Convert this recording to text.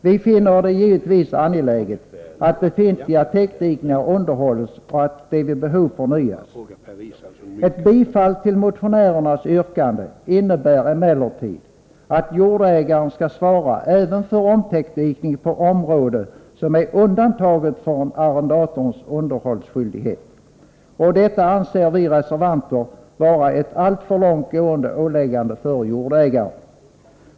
Vi finner det dock givetvis angeläget att befintliga täckdikningar underhålles och att de vid behov förnyas. Ett bifall till motionärernas yrkande innebär emellertid, att jordägaren även skall svara för omtäckdikning på område som är undantaget arrendators underhållsskyldighet. Detta anser vi reservanter vara ett alltför långt gående åläggande för jordägaren.